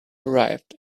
arrived